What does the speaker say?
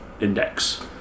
index